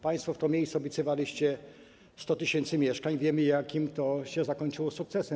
Państwo w to miejsce obiecywaliście 100 tys. mieszkań i wiemy, jakim to się zakończyło sukcesem.